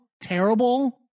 terrible